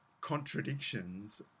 contradictions